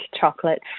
chocolate